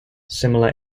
similar